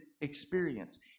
experience